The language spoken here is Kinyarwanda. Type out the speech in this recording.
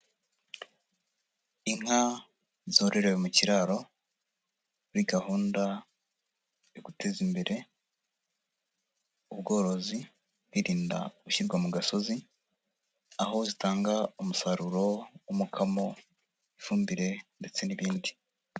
Inka zororewe mu kiraro muri gahunda yo guteza imbere ubworozi; birinda gushyirwa mu gasozi, aho zitanga umusaruro w'umukamo, ifumbire, ndetse n'ibindi.